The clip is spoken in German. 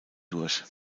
durch